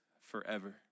forever